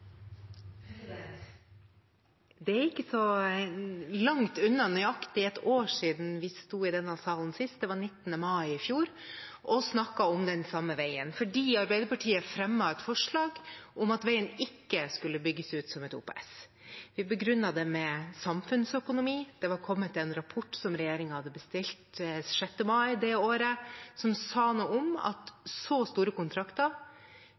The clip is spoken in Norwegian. er ikke så langt unna nøyaktig ett år siden vi sto i denne salen sist, det var 19. mai i fjor, og snakket om den samme veien, fordi Arbeiderpartiet fremmet et forslag om at veien ikke skulle bygges som et OPS. Vi begrunnet det med samfunnsøkonomi. Det var kommet en rapport som regjeringen hadde bestilt 6. mai det året, som sa noe om at hvis så store kontrakter